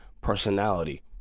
personality